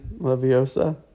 Leviosa